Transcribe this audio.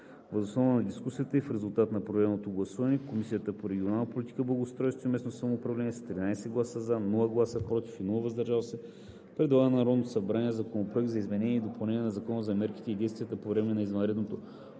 Въз основа на дискусията и в резултат на проведеното гласуване Комисията по регионална политика, благоустройство и местно самоуправление с 13 гласа „за“, без „против“ и „въздържал се“ предлага на Народното събрание Законопроект за изменение и допълнение на Закона за мерките и действията по време на извънредното